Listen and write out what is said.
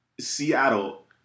Seattle